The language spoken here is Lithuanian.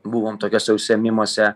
buvom tokiuose užsiėmimuose